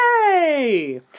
Yay